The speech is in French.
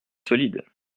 solides